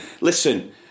listen